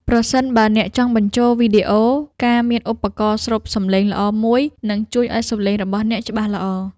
ប្រសិនបើអ្នកចង់បញ្ចូលវីដេអូ ការមានឧបករណ៍ស្រូបសម្លេងល្អមួយ នឹងជួយឱ្យសម្លេងរបស់អ្នកច្បាស់ល្អ។